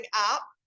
up